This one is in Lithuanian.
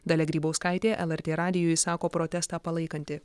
dalia grybauskaitė lrt radijui sako protestą palaikanti